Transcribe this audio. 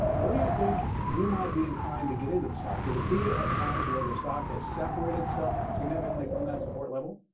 where do you think you might be inclined to get into the stock? would it be at times where the stock has separated itself significantly from that support level,